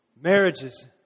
marriages